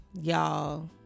Y'all